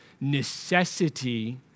necessity